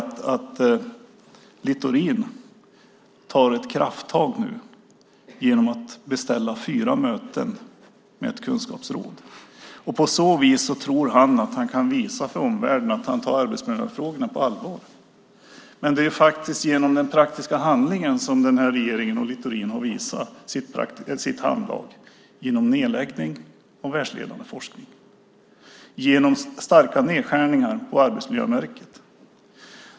Littorin tar ett krafttag nu genom att beställa fyra möten med ett kunskapsråd. På så vis tror han att han kan visa för omvärlden att han tar arbetsmiljöfrågorna på allvar. Men det är faktiskt genom den praktiska handlingen som den här regeringen och Littorin har visat sitt handlag - genom nedläggning av världsledande forskning och genom starka nedskärningar på Arbetsmiljöverket.